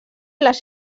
les